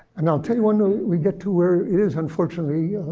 and i'll tell you when we get to where it is, unfortunately,